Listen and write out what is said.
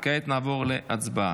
כעת נעבור להצבעה.